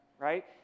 right